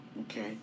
okay